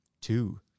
two